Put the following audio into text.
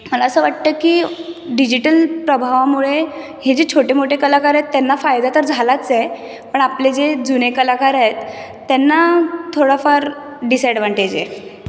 मला असं वाटतं की डिजिटल प्रभावामुळे हे जे छोटे मोठे कलाकार आहेत त्यांना फायदा तर झालाच आहे पण आपले जे जुने कलाकार आहेत त्यांना थोडा फार डिसअॅडवानटेज आहे